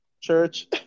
Church